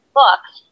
books